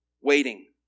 waiting